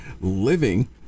living